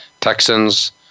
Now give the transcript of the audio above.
Texans